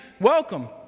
Welcome